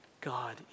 God